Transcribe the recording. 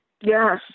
yes